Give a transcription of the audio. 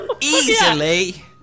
Easily